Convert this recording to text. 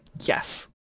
Yes